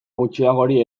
gutxiagori